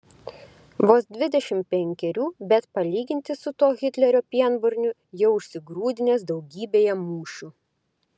vos dvidešimt penkerių bet palyginti su tuo hitlerio pienburniu jau užsigrūdinęs daugybėje mūšių